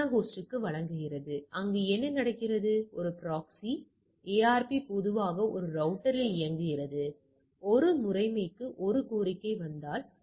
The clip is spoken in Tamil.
எனவே உங்கள் கருதுகோள் எவ்வாறு உருவாகிறது என்பதைப் பொறுத்து நாம் இன்மை கருதுகோளை நிராகரிக்கிறோம்